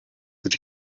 did